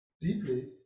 deeply